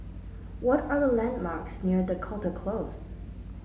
what are the landmarks near Dakota Close